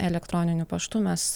elektroniniu paštu mes